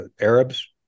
Arabs